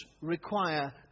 require